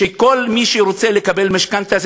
שכל מי שרוצה לקבל משכנתה,